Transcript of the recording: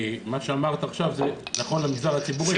כי מה שאמרת עכשיו נכון למגזר הציבורי.